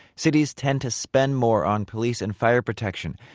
cities tend to spend more on police and fire protection,